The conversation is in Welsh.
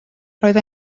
roedd